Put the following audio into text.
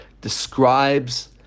describes